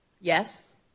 Yes